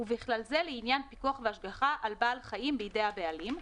ובכלל זה לעניין פיקוח והשגחה על בעל חיים בידי הבעלים,